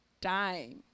time